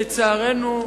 לצערנו,